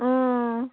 ꯎꯝ